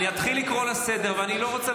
חברים, אני אתחיל לקרוא אתכם לסדר, ואני לא רוצה.